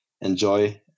enjoy